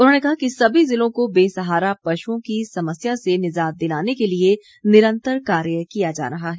उन्होंने कहा कि सभी ज़िलों को बेसहारा पशुओं की समस्या से निजात दिलाने के लिए निरंतर कार्य किया जा रहा है